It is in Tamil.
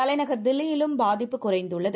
தலைநகர்தில்லியிலும்பாதிப்புகுறைந்துள்ளது